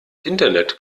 internet